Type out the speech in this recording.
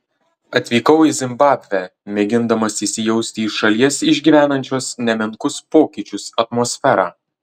atvykau į zimbabvę mėgindamas įsijausti į šalies išgyvenančios nemenkus pokyčius atmosferą